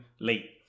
late